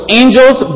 angels